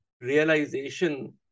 realization